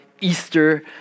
Easter